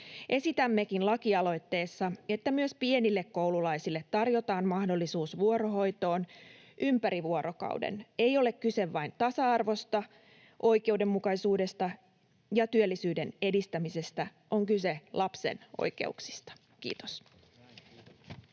Esitämmekin lakialoitteessa, että myös pienille koululaisille tarjotaan mahdollisuus vuorohoitoon ympäri vuorokauden. Ei ole kyse vain tasa-arvosta, oikeudenmukaisuudesta ja työllisyyden edistämisestä. On kyse lapsen oikeuksista. — Kiitos.